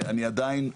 ואני עדיין,